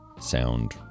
sound